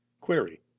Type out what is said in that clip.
Query